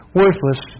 worthless